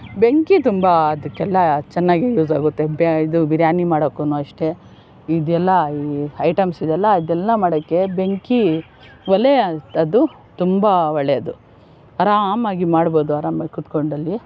ಬೆಂಕಿ ತುಂಬ ಅದಕ್ಕೆಲ್ಲ ಚೆನ್ನಾಗಿ ಯೂಸ್ ಆಗುತ್ತೆ ಇದು ಬಿರ್ಯಾನಿ ಮಾಡೋಕ್ಕೂ ಅಷ್ಟೆ ಇದೆಲ್ಲ ಐಟಮ್ಸ್ ಇದೆ ಅಲ್ಲ ಅದೆಲ್ಲ ಮಾಡೋಕ್ಕೆ ಬೆಂಕಿ ಒಲೆ ಅಂಥದ್ದು ತುಂಬ ಒಳ್ಳೇದು ಆರಾಮಾಗಿ ಮಾಡ್ಬೋದು ಆರಾಮಾಗಿ ಕೂತ್ಕೊಂಡಲ್ಲಿ